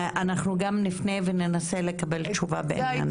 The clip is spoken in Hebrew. אנחנו גם ננסה לפנות לעיריית ירושלים ולקבל תשובה בעניין הזה.